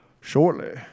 shortly